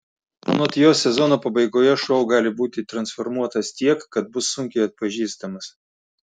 anot jo sezono pabaigoje šou gali būti transformuotas tiek kad bus sunkiai atpažįstamas